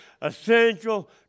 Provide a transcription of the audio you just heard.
essential